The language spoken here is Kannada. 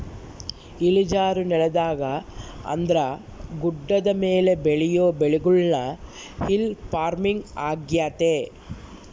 ಇಳಿಜಾರು ನೆಲದಾಗ ಅಂದ್ರ ಗುಡ್ಡದ ಮೇಲೆ ಬೆಳಿಯೊ ಬೆಳೆಗುಳ್ನ ಹಿಲ್ ಪಾರ್ಮಿಂಗ್ ಆಗ್ಯತೆ